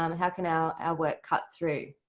um how can our our work cut through?